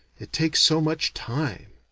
it takes so much time.